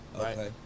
Okay